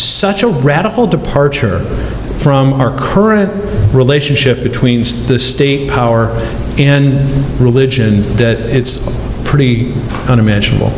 such a radical departure from our current relationship between the state power in religion that it's pretty unimaginable